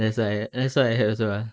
that's what that's what I heard also lah